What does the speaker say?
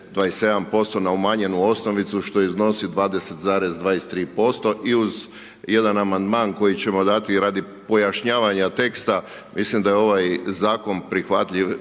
27% na umanjenu osnovicu što iznosi 20,23% i uz jedan amandman koji ćemo dati radi pojašnjavanja teksta, mislim da je ovaj zakon prihvatljiv